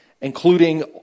including